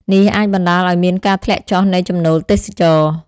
នេះអាចបណ្តាលឱ្យមានការធ្លាក់ចុះនៃចំណូលទេសចរណ៍។